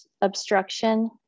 obstruction